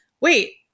wait